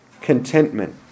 contentment